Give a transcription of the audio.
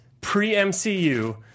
pre-MCU